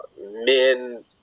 men